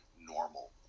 normal